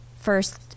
first